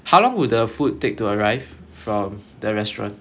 how long will the food take to arrive from the restaurant